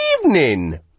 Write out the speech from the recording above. evening